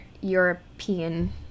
european